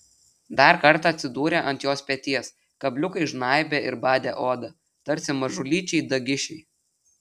dar kartą atsidūrė ant jos peties kabliukai žnaibė ir badė odą tarsi mažulyčiai dagišiai